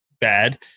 bad